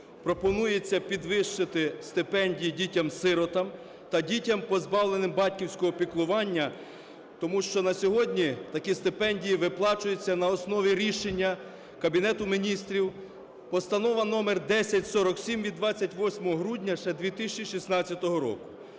пропонується підвищити стипендії дітям-сиротам та дітям, позбавленим батьківського піклування, тому що на сьогодні такі стипендії виплачуються на основі рішення Кабінету Міністрів: Постанова № 1047 від 28 грудня ще 2106 року.